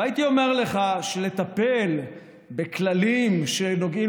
והייתי אומר לך שלטפל בכללים שנוגעים